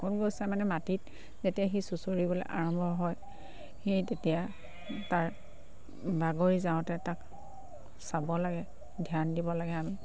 ক'ত গৈছো মানে মাটিত যেতিয়া সি চুঁচৰিবলৈ আৰম্ভ হয় সেই তেতিয়া তাৰ বাগৰি যাওঁতে তাক চাব লাগে ধ্যান দিব লাগে আমি